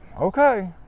Okay